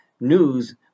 news